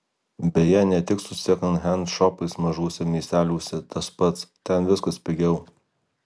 beje ne tik su sekondhend šopais mažuose miesteliuose tas pats ten viskas pigiau